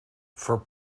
for